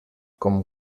com